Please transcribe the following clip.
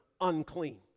unclean